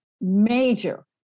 major